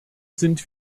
sind